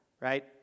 right